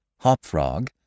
Hopfrog